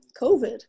COVID